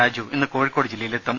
രാജു ഇന്ന് കോഴിക്കോട് ജില്ലയിൽ എത്തും